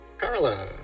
Carla